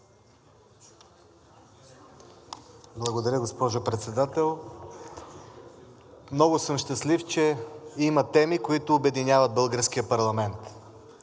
Благодаря, госпожо Председател. Много съм щастлив, че има теми, които обединяват българския парламент.